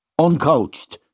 uncoached